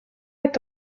est